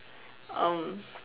um